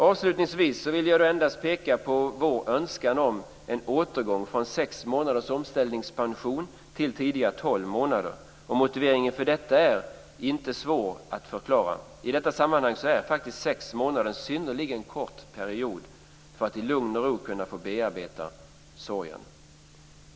Avslutningsvis vill jag endast peka på vår önskan om en återgång från 6 månaders till, som tidigare, 12 månaders omställningspension. Motiveringen till detta är inte svår att förklara. I detta sammanhang är 6 månader en synnerligen kort period för att i lugn och ro kunna få bearbeta sin sorg.